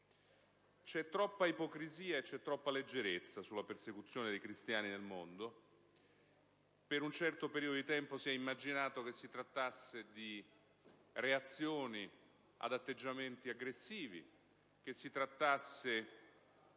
C'è troppa ipocrisia e troppa leggerezza in merito alla persecuzione dei cristiani nel mondo. Per un certo periodo di tempo si è immaginato si trattasse di reazioni ad atteggiamenti aggressivi, di situazioni